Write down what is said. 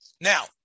Now